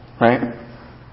right